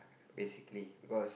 basically because